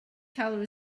colour